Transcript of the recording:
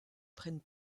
prennent